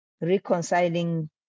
reconciling